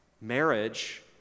Marriage